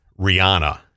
Rihanna